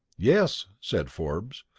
yes, said forbes,